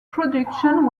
production